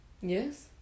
Yes